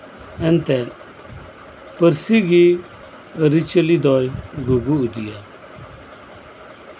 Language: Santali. ᱮᱱᱛᱮ ᱯᱟᱹᱨᱥᱤ ᱜᱮ ᱟᱹᱨᱤᱪᱟᱞᱤ ᱫᱚᱭ ᱜᱩᱜᱩ ᱤᱫᱤᱭᱟ